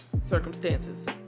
circumstances